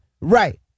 right